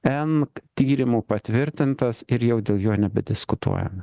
n tyrimų patvirtintas ir jau dėl jo nebediskutuojame